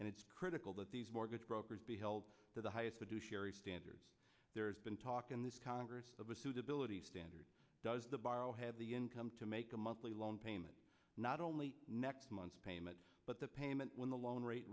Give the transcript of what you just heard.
and it's critical that these mortgage brokers be held to the highest bid to sherry standards there's been talk in this congress of the suitability standard does the borrow have the income to make a monthly loan payment not only next month's payments but the payment when the loan rate